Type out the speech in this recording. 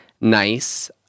nice